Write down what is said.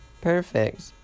Perfect